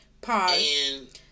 Pause